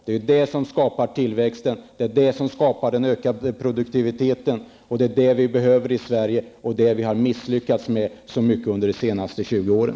Det är sådant som skapar tillväxt, ökar produktiviteten. Det är detta vi behöver i Sverige, men har misslyckats med så mycket under de senaste 20 åren.